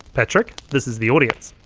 patrick, this is the audience.